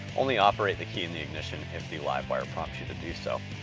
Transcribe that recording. only operate the key in the ignition if the livewire prompts you to do so.